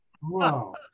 Wow